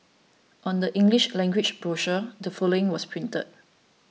on the English language brochure the following was printed